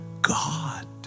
God